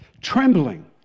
Trembling